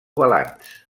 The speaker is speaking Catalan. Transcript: balanç